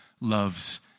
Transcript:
loves